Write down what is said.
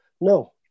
No